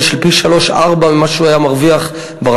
של פי-שלושה או פי-ארבעה ממה שהוא היה מרוויח ברש"פ.